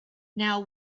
now